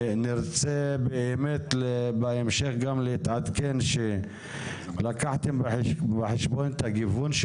ונרצה להתעדכן בהמשך שלקחתם בחשבון את הגיוון של